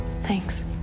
Thanks